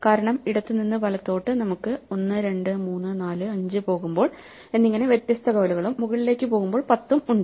കാരണം ഇടത്തുനിന്ന് വലത്തോട്ട് നമുക്ക് 1 2 3 4 5 പോകുമ്പോൾ എന്നിങ്ങനെ വ്യത്യസ്ത കവലകളും മുകളിലേക്ക് പോകുമ്പോൾ 10ഉം ഉണ്ട്